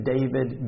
David